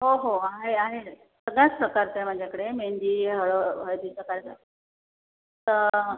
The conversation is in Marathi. हो हो आहे आहे सगळ्याच प्रकारचे आहे माझ्याकडे मेंदी हळद हळदीचा कार्यक्रम तर